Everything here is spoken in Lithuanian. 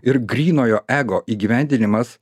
ir grynojo ego įgyvendinimas